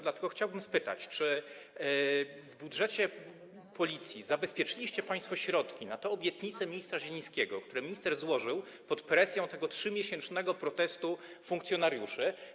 Dlatego chciałbym spytać, czy w budżecie Policji zabezpieczyliście państwo środki na obietnice ministra Zielińskiego, które minister złożył pod presją tego 3-miesięcznego protestu funkcjonariuszy.